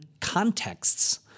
contexts